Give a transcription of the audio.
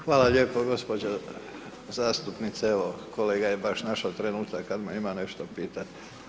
Hvala lijepo gospođo zastupnice, evo, kolega je baš našao trenutak kada me ima nešto pitati.